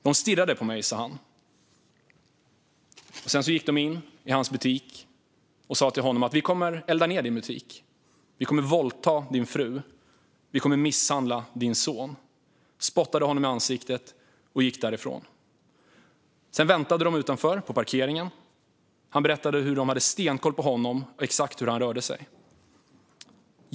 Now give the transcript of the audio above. "De stirrade på mig", sa han. Sedan gick de in i hans butik och sa till honom: "Vi kommer att elda ned din butik. Vi kommer att våldta din fru. Vi kommer att misshandla din son." De spottade honom i ansiktet och gick därifrån. Sedan väntade de utanför på parkeringen. Han berättade hur de hade stenkoll på honom och exakt hur han rörde sig.